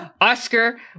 Oscar